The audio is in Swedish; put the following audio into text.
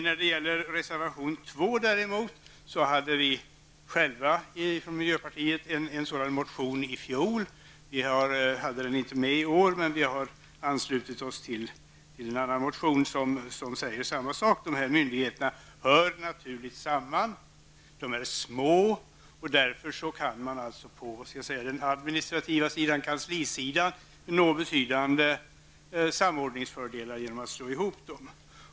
Däremot väckte vi i miljöpartiet i fjol en motion med samma innehåll som reservation nr 2. I år väckte vi inte denna motion, men vi har anslutit oss till en annan motion med samma innehåll, dvs. att dessa myndigheter hör samman på ett naturligt sätt, att de är små och att man därför på den administrativa sidan, på kanslisidan, kan nå betydande samordningsfördelar genom att slå ihop dem.